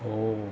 oh